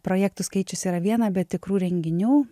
projektų skaičius yra viena bet tikrų renginių